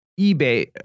eBay